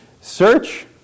search